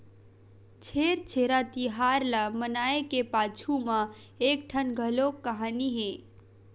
छेरछेरा तिहार ल मनाए के पाछू म एकठन घलोक कहानी हे